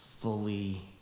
fully